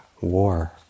war